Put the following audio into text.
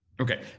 Okay